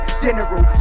general